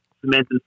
cement